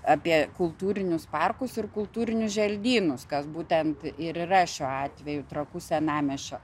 apie kultūrinius parkus ir kultūrinius želdynus kas būtent ir yra šiuo atveju trakų senamiesčio